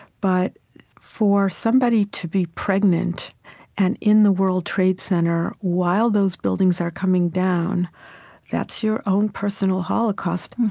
but for somebody to be pregnant and in the world trade center while those buildings are coming down that's your own personal holocaust.